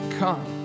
come